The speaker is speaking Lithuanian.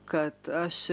kad aš